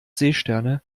seesterne